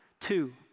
Two